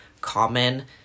common